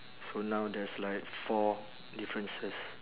so now there's like four differences